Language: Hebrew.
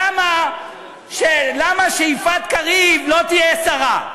למה שיפעת קריב לא תהיה שרה?